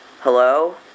Hello